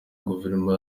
guverinoma